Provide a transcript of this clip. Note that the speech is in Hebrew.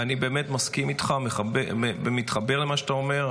ואני באמת מסכים איתך ומתחבר למה שאתה אומר.